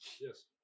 Yes